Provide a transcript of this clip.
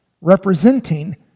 representing